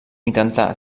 intentà